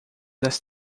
das